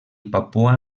papua